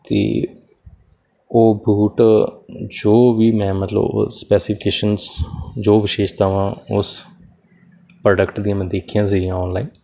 ਅਤੇ ਉਹ ਬੂਟ ਜੋ ਵੀ ਮੈਂ ਮਤਲਬ ਸਪੈਸੀਫਿਕੇਸ਼ਨ ਜੋ ਵਿਸ਼ੇਸ਼ਤਾਵਾਂ ਉਸ ਪ੍ਰੋਡਕਟ ਦੀਆਂ ਮੈਂ ਦੇਖੀਆ ਸੀਗੀਆਂ ਆਨਲਾਈਨ